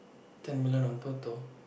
ten million on Toto